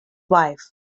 wife